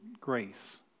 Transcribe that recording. Grace